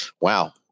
wow